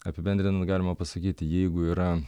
apibendrinant galima pasakyti jeigu yra